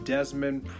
Desmond